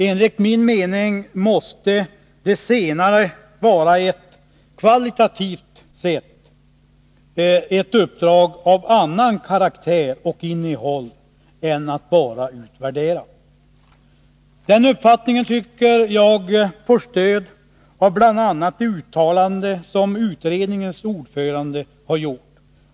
Enligt min mening måste det senare vara ett, kvalitativt sett, uppdrag av annan karaktär och innehåll än att bara utvärdera. Den uppfattningen tycker jag får stöd av bl.a. ett uttalande som utredningens ordförande har gjort.